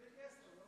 מספיק עשרה, לא?